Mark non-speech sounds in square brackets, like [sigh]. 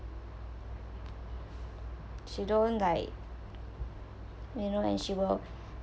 she don't like you know and she will [breath]